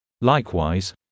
Likewise